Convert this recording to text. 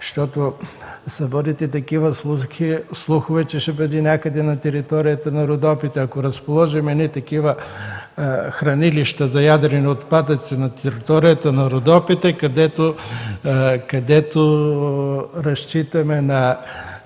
Има и такива слухове, че това ще бъде някъде на територията на Родопите. Ако разположим едни такива хранилища за ядрени отпадъци на територията на Родопите, където разчитаме на